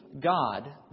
God